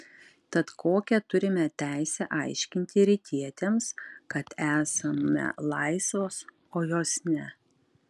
tad kokią turime teisę aiškinti rytietėms kad esame laisvos o jos ne